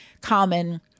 common